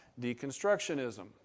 deconstructionism